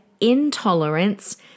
intolerance